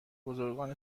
بزرگان